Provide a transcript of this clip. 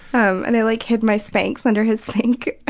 um and i like hid my spanx under his sink.